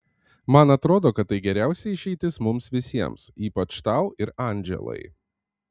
man atrodo kad tai geriausia išeitis mums visiems ypač tau ir andželai